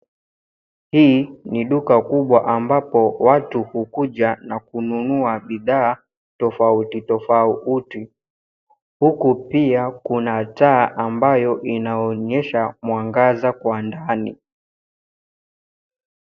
Hii ni duka kubwa ambapo watu hukuja na kununua bidhaa tofauti tofauti. Huku pia kuna taa ambayo inaonyesha mwangaza kwa ndani.